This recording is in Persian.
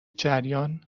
جریان